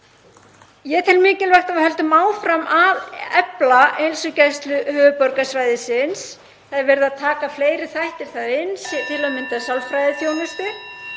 Ég tel mikilvægt að við höldum áfram að efla Heilsugæslu höfuðborgarsvæðisins. Það er verið að taka fleiri þætti þar inn eins og til að mynda sálfræðiþjónustu